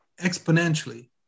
exponentially